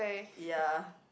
ya